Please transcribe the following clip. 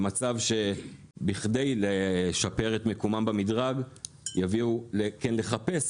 למצב שבכדי לשפר את מקומם במדרג יביאו לחפש